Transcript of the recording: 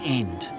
end